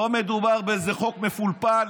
לא מדובר באיזה חוק מפולפל